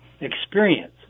experience